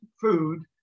food